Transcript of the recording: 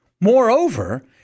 Moreover